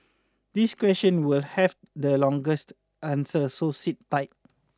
this question will have the longest answer so sit tight